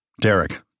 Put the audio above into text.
Derek